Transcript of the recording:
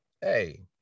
Hey